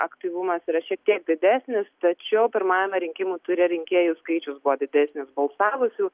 aktyvumas yra šiek tiek didesnis tačiau pirmajame rinkimų ture rinkėjų skaičius buvo didesnis balsavusių